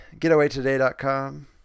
getawaytoday.com